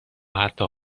حتی